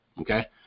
okay